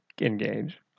engage